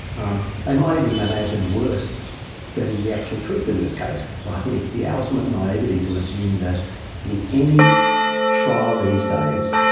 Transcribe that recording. um they might even imagine worse than the actual truth in this case. but i think it's the ultimate naivety to assume that in any trial these days,